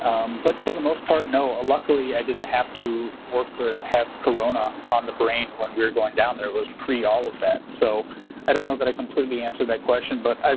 but for the most part, no. luckily i didn't have to work or have corona on the brain while we were going down there, it was pre-all-of-that. so i don't know that i completely answered that question but